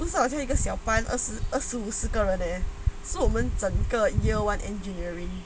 不少只是一个小班二十二十五人的这样是我们整个 year one engineering